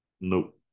Nope